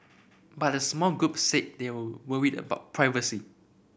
but a small group said they were worried about privacy